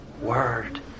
Word